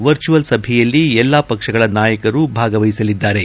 virtual ಸಭೆಯಲ್ಲಿ ಎಲ್ಲಾ ಪಕ್ಷಗಳ ನಾಯಕರು ಭಾಗವಹಿಸಲಿದ್ದಾರೆ